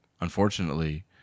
unfortunately